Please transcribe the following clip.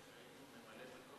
מיכאלי הוא ממלא-מקום,